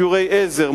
שיעורי עזר,